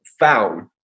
found